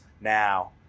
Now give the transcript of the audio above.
now